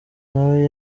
nawe